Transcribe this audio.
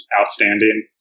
outstanding